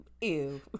Ew